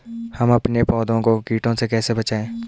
हम अपने पौधों को कीटों से कैसे बचाएं?